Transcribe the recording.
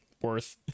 worth